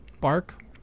Bark